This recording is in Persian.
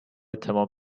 تمام